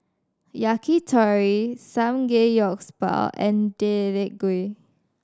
Yakitori and Gui